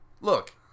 look